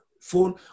phone